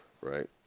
right